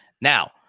Now